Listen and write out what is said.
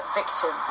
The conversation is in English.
victim